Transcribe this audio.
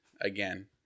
again